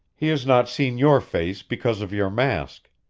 he has not seen your face because of your mask.